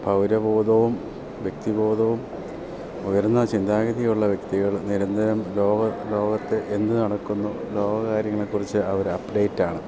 പൗരബോധവും വ്യക്തിബോധവും ഉയർന്ന ചിന്താഗതിയുള്ള വ്യക്തികൾ നിരന്തരം ലോകം ലോകത്ത് എന്ത് നടക്കുന്നു ലോക കാര്യങ്ങളെ കുറിച്ച് അവരപ്ഡേറ്റാണ്